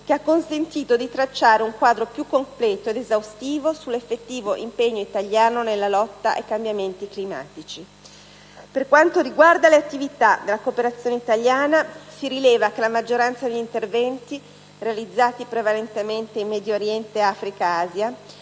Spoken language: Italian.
che ha consentito di tracciare un quadro più completo ed esaustivo sull'effettivo impegno italiano nella lotta ai cambiamenti climatici. Per quanto riguarda le attività della cooperazione italiana, si rileva che la maggioranza degli interventi, realizzati prevalentemente in Medio Oriente, Africa e Asia,